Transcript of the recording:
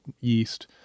yeast